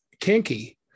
kinky